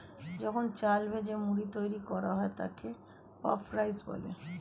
যখন চাল ভেজে মুড়ি তৈরি করা হয় তাকে পাফড রাইস বলে